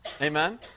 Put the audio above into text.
Amen